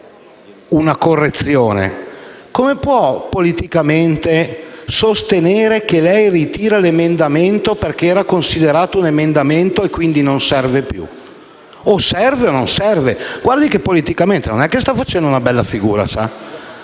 una correzione. Come può politicamente sostenere che lei ritira l'emendamento perché era considerato un emendamento e quindi non serve più? O serve oppure non serve. Guardi che politicamente non è che sta facendo una bella figura.